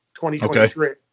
2023